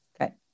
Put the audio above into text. Okay